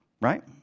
right